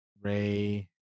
Ray